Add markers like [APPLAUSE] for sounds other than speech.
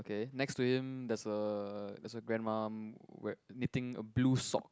okay next to him there's a there's a grandma [NOISE] knitting a blue sock